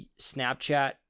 Snapchat